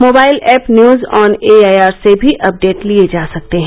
mobile app news on A I R से भी update लिये जा सकते हैं